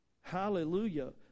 Hallelujah